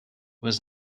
was